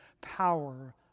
power